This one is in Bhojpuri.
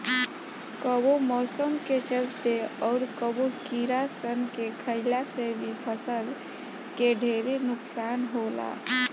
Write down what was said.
कबो मौसम के चलते, अउर कबो कीड़ा सन के खईला से भी फसल के ढेरे नुकसान होला